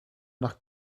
nach